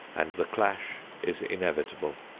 and the clash is inevitable.